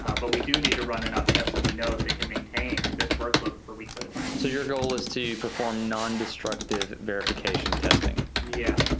ah but we do need to run enough tests that we know that it can maintain this work load for weeks at a time. so your goal is to perform non-destructive verification testing. yeah.